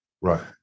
Right